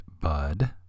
Bud